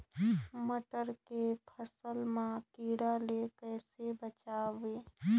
मटर के फसल मा कीड़ा ले कइसे बचाबो?